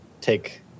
take